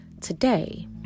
Today